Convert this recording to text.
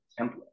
template